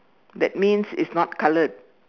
that means it's not coloured